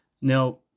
Now